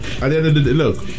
Look